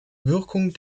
wirkung